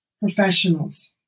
professionals